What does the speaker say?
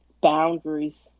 boundaries